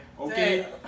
okay